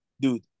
dude